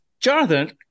Jonathan